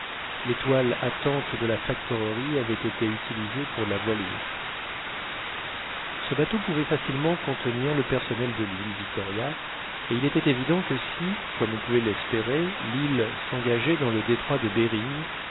à tente de la factorerie avaient été utilisées pour la voilure ce bateau pouvait facilement contenir le personnel de l'île victoria et il était évident que si comme on pouvait l'espérer l'île s'engageait dans le détroit de behring